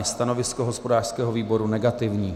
Stanovisko hospodářského výboru negativní.